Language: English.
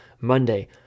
Monday